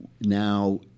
now